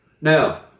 Now